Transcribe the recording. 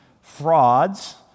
frauds